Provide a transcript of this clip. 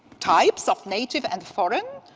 types of native and foreign